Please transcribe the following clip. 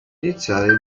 iniziare